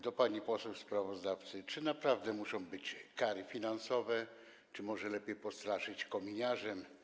Do pani poseł sprawozdawcy: Czy naprawdę muszą być kary finansowe, czy może lepiej postraszyć kominiarzem?